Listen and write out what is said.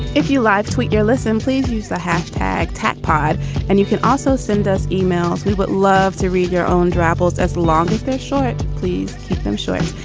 if you live, tweet your lesson. please use the hashtag pod pod and you can also send us emails. we would love to read your own travels as long as they're short. please keep them short.